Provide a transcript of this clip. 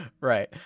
right